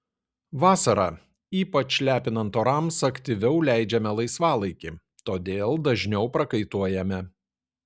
vasarą ypač lepinant orams aktyviau leidžiame laisvalaikį todėl dažniau prakaituojame